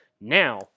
Now